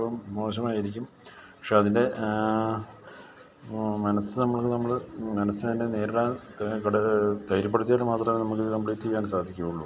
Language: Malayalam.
ഏറ്റോം മോശമായിരിക്കും പക്ഷേ അതിൻ്റെ മനസ്സ് നമ്മൾ നമ്മൾ മനസ്സ് തന്നെ നേരിടാൻ ധൈര്യപ്പെടുത്തിയാൽ മാത്രമേ നമുക്ക് കമ്പ്ലീറ്റ് ചെയ്യാൻ സാധിക്കുവൊള്ളൂ